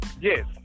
Yes